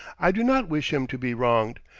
i do not wish him to be wronged,